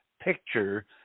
picture